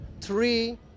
three